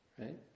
Right